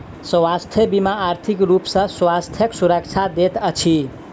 स्वास्थ्य बीमा आर्थिक रूप सॅ स्वास्थ्यक सुरक्षा दैत अछि